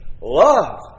love